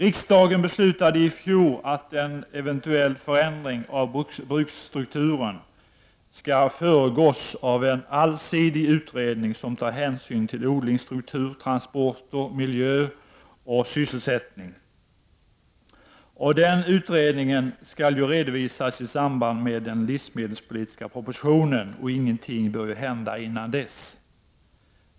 Riksdagen beslutade i fjol att en eventuell förändring av bruksstrukturen skall föregås av en allsidig utredning, där hänsyn tas till odlingsstruktur, transporter, miljö och sysselsättning. Den utredningen skall redovisas i samband med den livsmedelspolitiska propositionen, och ingenting bör hända innan dess.